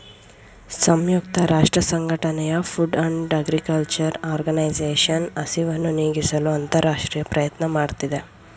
ಸಂಯುಕ್ತ ರಾಷ್ಟ್ರಸಂಘಟನೆಯ food and agriculture organisation ಹಸಿವನ್ನು ನೀಗಿಸಲು ಅಂತರರಾಷ್ಟ್ರೀಯ ಪ್ರಯತ್ನ ಮಾಡ್ತಿದೆ